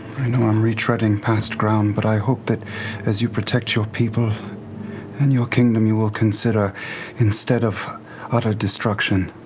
i know i'm retreading past ground, but i hope that as you protect your people and your kingdom you will consider instead of but ah destruction,